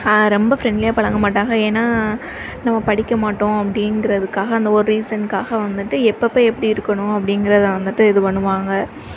ரொம்ப ஃபிரண்ட்லியாக பழக மாட்டாங்க ஏன்னா நம்ம படிக்கமாட்டோம் அப்படின்றத்துக்காக அந்த ஒரு ரீசனுக்காக வந்துவிட்டு எப்பப்போ எப்படி இருக்கணும் அப்படிங்குறத வந்துவிட்டு இது பண்ணுவாங்க